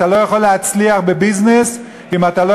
אתה לא יכול להצליח בביזנס אם אתה לא